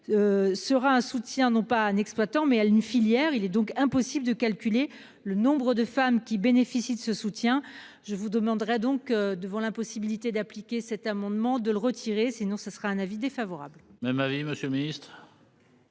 Sera un soutien non pas un exploitant mais une filière, il est donc impossible de calculer le nombre de femmes qui bénéficient de ce soutien. Je vous demanderai donc devant l'impossibilité d'appliquer cet amendement de le retirer, sinon ce sera un avis défavorable. Même avis, Monsieur le Ministre.